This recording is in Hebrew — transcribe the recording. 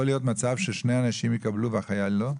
יכול להיות מצב ששני אנשים יקבלו והחייל לא?